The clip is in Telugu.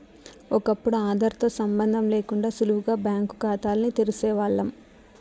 ఒకప్పుడు ఆదార్ తో సంబందం లేకుండా సులువుగా బ్యాంకు కాతాల్ని తెరిసేవాల్లం